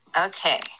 Okay